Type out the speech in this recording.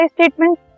statement